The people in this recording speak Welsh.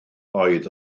oedd